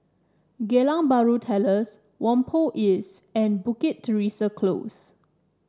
Geylang Bahru Terrace Whampoa East and Bukit Teresa Close